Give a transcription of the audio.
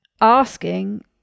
asking